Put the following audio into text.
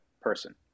person